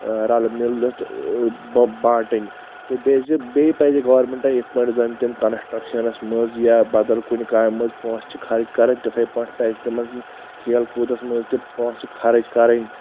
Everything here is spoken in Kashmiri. رلہٕ ملِتھ بہ بانٛٹٕنۍ تہٕ بییٚہِ زِ بییٚہِ پزِ گورنٛمینٛٹن یتھ پٲٹھۍ زن تِم کنسٹرکشنس منٛز یا بدل کُنہِ کامہِ منٛز پونٛسہٕ چھِ خرٕچ چھِ کران تِتھے پٲٹھۍ پزٕ تِمن کھیل کودس منٛز تہِ پونٛسہٕ خرٕچ کرٕنۍ